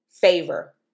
favor